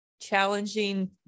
challenging